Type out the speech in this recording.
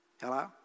Hello